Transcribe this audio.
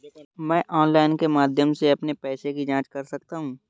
मैं ऑनलाइन के माध्यम से अपने पैसे की जाँच कैसे कर सकता हूँ?